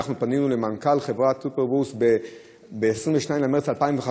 אנחנו פנינו למנכ"ל חברת סופרבוס ב-22 במרס 2015,